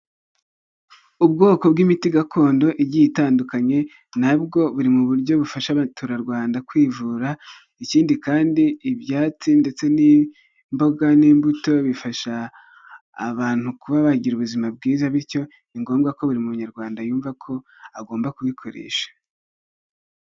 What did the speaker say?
Ubwoko bw'imiti gakondo igiye itandukanye na bwo buri mu buryo bufasha abaturarwanda kwivura, ikindi kandi ibyatsi ndetse n'imboga n'imbuto bifasha abantu kuba bagira ubuzima bwiza bityo ni ngombwa ko buri munyarwanda yumva ko agomba kubikoresha.